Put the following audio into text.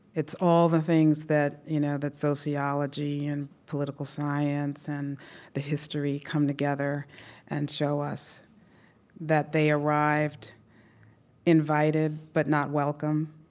it's all the things that you know that sociology and political science and the history come together and show us that they arrived invited but not welcome.